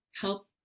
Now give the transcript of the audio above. help